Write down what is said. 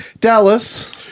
dallas